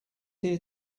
here